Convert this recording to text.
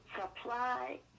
Supply